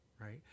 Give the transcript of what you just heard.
right